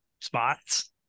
spots